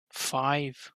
five